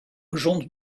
gezond